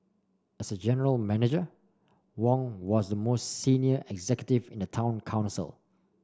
as general Manager Wong was the most senior executive in the town council